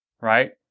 right